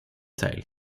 teil